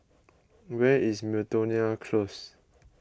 where is Miltonia Close